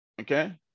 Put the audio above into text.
okay